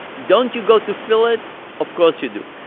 don't you go to fill it? of course you do.